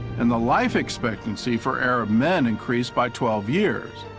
and the life expectancy for arab men increased by twelve years.